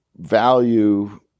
value